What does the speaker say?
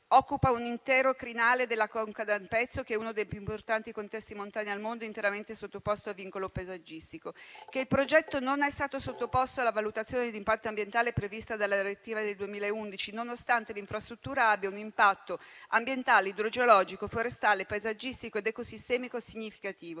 occupa un intero crinale della conca d'Ampezzo, che è uno dei più importanti contesti montani al mondo, interamente sottoposto a vincolo paesaggistico; che il progetto non è stato sottoposto alla valutazione di impatto ambientale prevista dalla direttiva del 2011, nonostante l'infrastruttura abbia un impatto ambientale, idrogeologico, forestale, paesaggistico ed ecosistemico significativo;